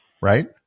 right